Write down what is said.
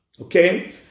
Okay